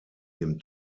dem